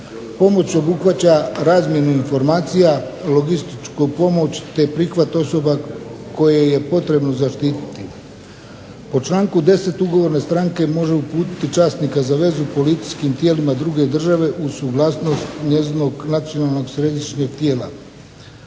Pomoć obuhvaća razmjenu informacija, logističku pomoć, te prihvat osoba koje je potrebno zaštititi. Po članku 10. ugovorne stranke može uputiti časnika za vezu policijskim tijelima druge države uz suglasnost njezinog nacionalnog, središnjeg tijela.